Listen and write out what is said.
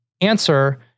answer